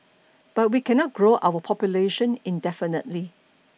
but we cannot grow our population indefinitely